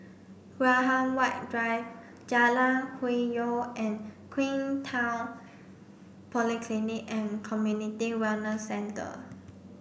Graham White Drive Jalan Hwi Yoh and Queenstown Polyclinic and Community Wellness Centre